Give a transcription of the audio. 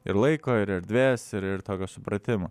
ir laiko ir erdvės ir ir tokio supratimo